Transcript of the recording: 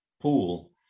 pool